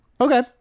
Okay